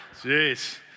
Jeez